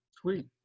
Sweet